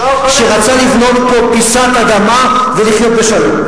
שרצה לבנות פה פיסת אדמה ולחיות בשלום.